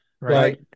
Right